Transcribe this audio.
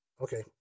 Okay